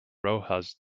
rojas